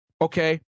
okay